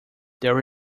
there